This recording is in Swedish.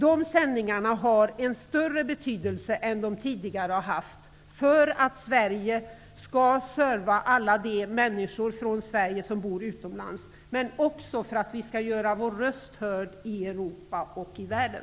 De sändningarna har en större betydelse än de tidigare har haft, för att Sverige skall kunna ge service åt alla de svenskar som bor utomlands men också för att vi skall göra vår röst hörd i Europa och i världen.